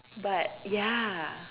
but ya